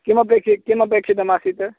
किमपेक्षते किमपेक्षितमासीत्